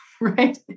Right